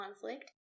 conflict